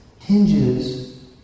hinges